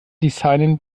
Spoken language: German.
designen